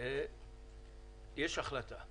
יש החלטה,